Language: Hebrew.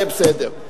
יהיה בסדר.